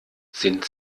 sind